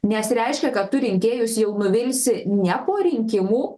nes reiškia kad tu rinkėjus jau nuvilsi ne po rinkimų